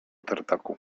tartaku